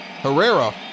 Herrera